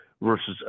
versus